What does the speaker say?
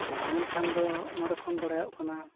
ᱢᱮᱱᱠᱷᱟᱱ ᱫᱚ ᱱᱚᱸᱰᱮ ᱠᱷᱚᱱ ᱵᱟᱲᱟᱭᱚᱜ ᱠᱟᱱᱟ